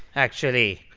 actually.